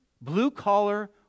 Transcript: blue-collar